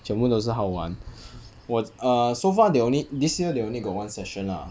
全部都是好玩我 err so far they only this year they only got one session lah